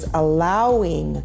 allowing